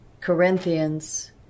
Corinthians